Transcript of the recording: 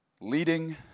leading